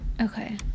Okay